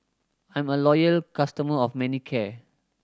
I'm a loyal customer of Manicare